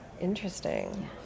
interesting